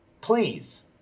please